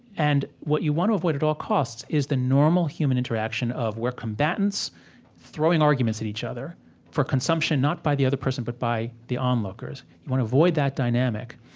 and what you want to avoid at all costs is the normal human interaction of we're combatants throwing arguments at each other for consumption, not by the other person, but by the onlookers. you want to avoid that dynamic.